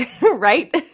right